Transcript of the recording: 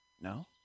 No